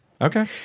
Okay